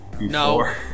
No